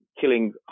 killing